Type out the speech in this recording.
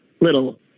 little